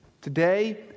today